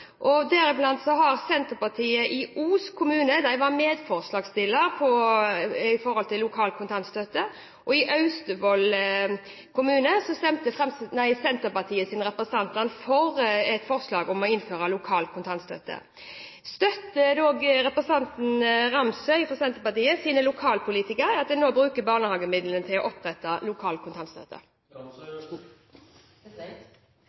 I Os kommune bl.a. var Senterpartiet medforslagsstillere til lokal kontantstøtte, og i Austevoll kommune stemte Senterpartiets representanter for forslaget om å innføre lokal kontantstøtte. Støtter representanten Nilsson Ramsøy fra Senterpartiet sine lokalpolitikere i at de nå bruker barnehagemidlene til å opprette lokal kontantstøtte?